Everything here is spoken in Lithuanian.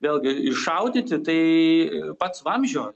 vėlgi iššaudyti tai pats vamzdžio